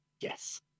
Yes